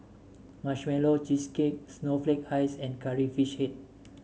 Marshmallow Cheesecake Snowflake Ice and Curry Fish Head